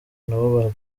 nabo